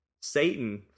Satan